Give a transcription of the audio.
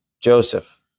Joseph